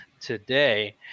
today